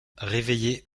réveillé